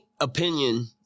opinion